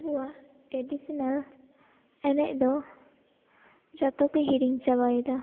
ᱟᱵᱚᱭᱟᱜ ᱴᱮᱰᱤᱥᱮᱱᱮᱞ ᱮᱱᱮᱡ ᱫᱚᱡᱚᱛᱚ ᱠᱚ ᱦᱤᱲᱤᱧ ᱪᱟᱵᱟᱭᱮᱫᱟ